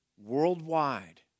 worldwide